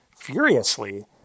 Furiously